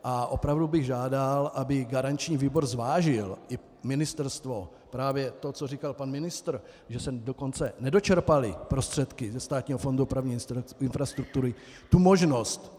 A opravdu bych žádal, aby garanční výbor zvážil, i ministerstvo právě to, co říkal pan ministr, že jsme dokonce nedočerpali prostředky ze Státního fondu dopravní infrastruktury tu možnost.